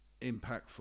impactful